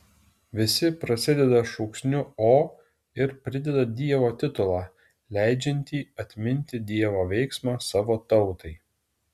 visi prasideda šūksniu o ir prideda dievo titulą leidžiantį atminti dievo veiksmą savo tautai